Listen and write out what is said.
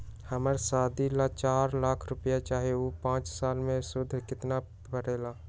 हमरा शादी ला चार लाख चाहि उकर पाँच साल मे सूद कितना परेला?